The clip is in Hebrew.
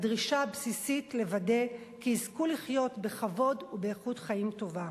הדרישה הבסיסית היא לוודא כי יזכו לחיות בכבוד ובאיכות חיים טובה.